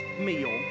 meal